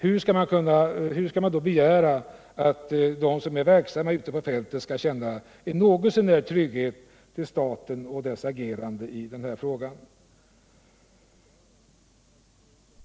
Hur skall man då kunna begära att de som är verksamma ute på fältet skall känna något nämnvärt förtroende för staten och dess agerande i den här frågan?